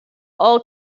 all